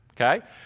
Okay